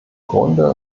grunde